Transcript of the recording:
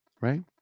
Right